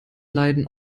leiden